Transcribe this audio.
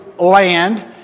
land